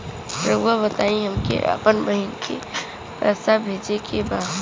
राउर बताई हमके अपने बहिन के पैसा भेजे के बा?